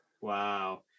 Wow